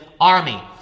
army